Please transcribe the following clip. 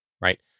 right